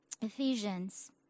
Ephesians